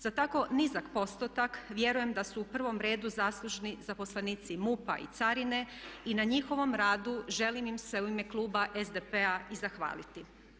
Za tako nizak postotak vjerujem da su u prvom redu zaslužni zaposlenici MUP-a i carine i na njihovom radu želim im se u ime kluba SDP-a i zahvaliti.